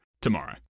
tomorrow